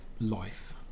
life